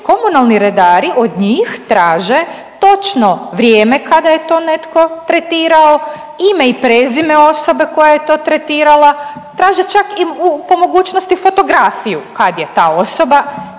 komunalni redari od njih traže točno vrijeme kada je to netko tretirao, ime i prezime osobe koja je to tretirala, traže čak i po mogućnosti fotografiju kad je ta osoba to tretirala